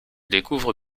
découvre